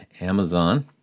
Amazon